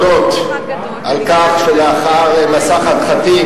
ולצורך כך יש לשנות את כל מערך המיכון במשרד,